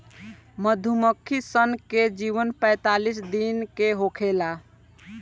मधुमक्खी सन के जीवन पैतालीस दिन के होखेला